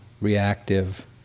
reactive